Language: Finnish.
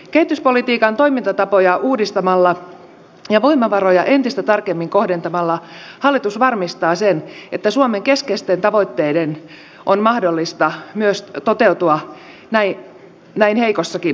kehityspolitiikan toimintatapoja uudistamalla ja voimavaroja entistä tarkemmin kohdentamalla hallitus varmistaa sen että suomen keskeisten tavoitteiden on mahdollista myös toteutua näin heikossakin taloustilanteessa